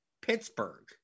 Pittsburgh